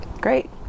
Great